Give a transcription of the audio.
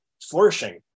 flourishing